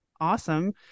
awesome